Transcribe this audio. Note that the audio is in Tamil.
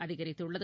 அதிகரித்துள்ளது